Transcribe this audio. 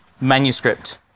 manuscript